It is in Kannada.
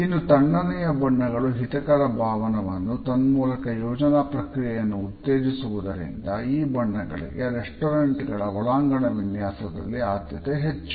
ಇನ್ನು ತಣ್ಣನೆಯ ಬಣ್ಣಗಳು ಹಿತಕರ ಭಾವವನ್ನು ತನ್ಮೂಲಕ ಯೋಜನಾ ಪ್ರಕ್ರಿಯೆಯನ್ನು ಉತ್ತೇಜಿಸುವುದರಿಂದ ಆ ಬಣ್ಣಗಳಿಗೆ ರೆಸ್ಟೋರಾಂಟ್ ಗಳ ಒಳಾಂಗಣ ವಿನ್ಯಾಸದಲ್ಲಿ ಆದ್ಯತೆ ಹೆಚ್ಚು